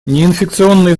неинфекционные